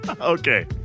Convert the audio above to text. Okay